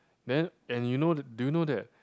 then and you know do you know that